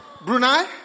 Brunei